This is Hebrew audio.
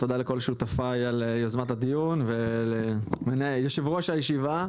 תודה לכל שותפיי על יוזמת הדיון וליושב ראש הישיבה,